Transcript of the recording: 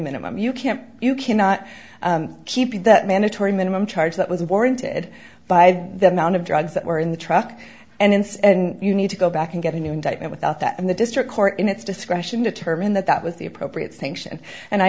minimum you can't you cannot keep it that mandatory minimum charge that was warranted by the amount of drugs that were in the truck and instead you need to go back and get a new indictment without that in the district court in its discretion determined that that was the appropriate sanction and i